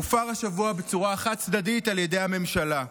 הופר השבוע בצורה חד-צדדית על ידי הממשלה.